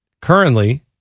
currently